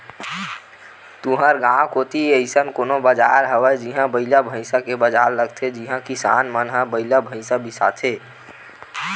तुँहर गाँव कोती अइसन कोनो बजार हवय जिहां बइला भइसा के बजार लगथे जिहां किसान मन ह बइला भइसा बिसाथे